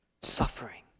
suffering